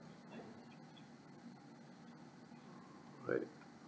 right